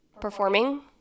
performing